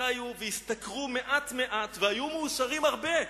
חיו והשתכרו מעט-מעט והיו מאושרים הרבה,